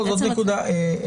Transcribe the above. פסקה (11)